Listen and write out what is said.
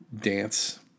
dance